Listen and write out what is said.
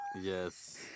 Yes